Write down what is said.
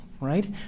right